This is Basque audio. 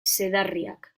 zedarriak